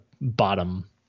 bottom